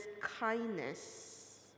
kindness